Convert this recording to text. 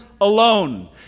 alone